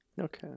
Okay